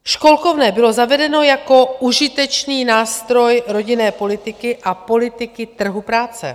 Školkovné bylo zavedeno jako užitečný nástroj rodinné politiky a politiky trhu práce.